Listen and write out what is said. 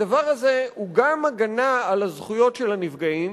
הדבר הזה הוא גם הגנה על הזכויות של הנפגעים,